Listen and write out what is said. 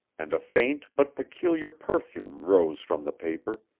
and a faint but peculiar perfume rose from the paper,